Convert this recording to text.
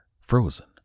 frozen